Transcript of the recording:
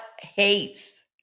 hates